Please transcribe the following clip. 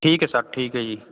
ਠੀਕ ਹੈ ਸਰ ਠੀਕ ਹੈ ਜੀ